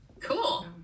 cool